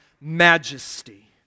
majesty